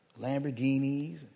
Lamborghinis